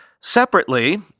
Separately